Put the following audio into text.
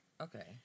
Okay